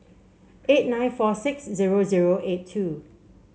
eight nine four six zero zero eight two